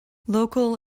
local